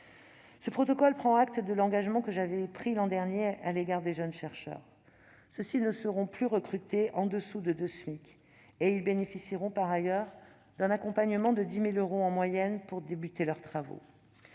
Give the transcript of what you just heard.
Ce protocole prend acte de l'engagement que j'avais pris l'an dernier à l'égard des jeunes chercheurs. Ces derniers ne seront plus recrutés au-dessous de 2 SMIC et bénéficieront, par ailleurs, d'un accompagnement de 10 000 euros en moyenne pour débuter leurs travaux.